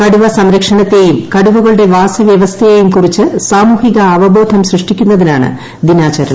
കടുവ സംരക്ഷണത്തേയും കടുവകളുടെ ആവാസവ്യവസ്ഥയെയും കുറിച്ച് സാമൂഹിക അവബോധം സൃഷ്ടിക്കുന്നതിനാണ് ദിനാചരണം